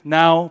now